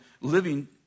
living